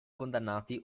condannati